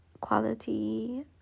quality